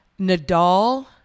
nadal